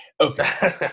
Okay